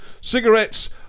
Cigarettes